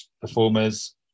performers